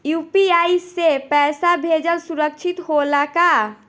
UPI से पैसा भेजल सुरक्षित होला का?